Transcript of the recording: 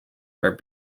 are